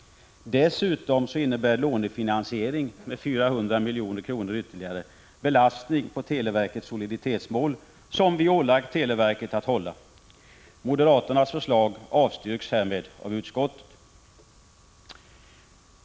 Dessutom innebär lånefinansiering med 400 milj.kr. en ytterligare belastning på det soliditetsmål som vi ålagt televerket. Moderaternas förslag avstyrks härmed av utskottet.